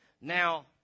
Now